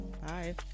bye